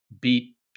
beat